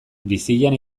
bizian